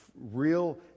real